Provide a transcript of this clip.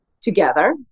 together